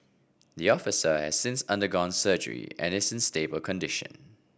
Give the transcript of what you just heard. the officer has since undergone surgery and is in stable condition